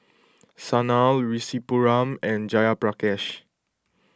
Sanal Rasipuram and Jayaprakash